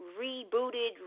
rebooted